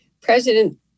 President